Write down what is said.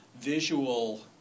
visual